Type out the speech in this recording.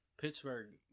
Pittsburgh